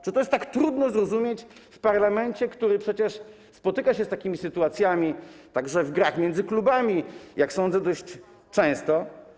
Czy to jest tak trudno zrozumieć w parlamencie, który przecież spotyka się z takimi sytuacjami, także w grach między klubami, jak sądzę, dość często?